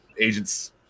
Agents